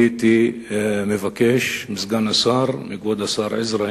הייתי מבקש מסגן השר ומכבוד חבר הכנסת עזרא,